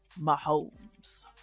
Mahomes